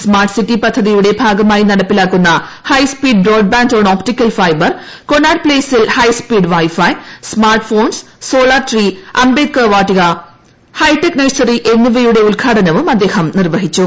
smart city പദ്ധതിയുടെ ഭാഗമായി നടപ്പിലാക്കുന്ന high speed broadband on optical fibre Connaught പ്ലേസിൽ high speed wifi smart phones solar tree Ambedkar വാത്തിക ഹൈടെക് നഴ്സറി എന്നിവയുടെ ഉദ്ഘാടനവും അദ്ദേഹം നിർവ്വഹിച്ചു